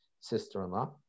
sister-in-law